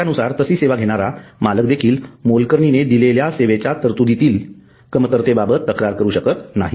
त्यानुसार तशी सेवा घेणारा मालक देखील मोलकरीने दिलेल्या सेवेच्या तरतूदीतील कमतरतेबाबत तक्रार करू शकत नाही